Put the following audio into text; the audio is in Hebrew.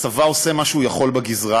הצבא עושה מה שהוא יכול בגזרה,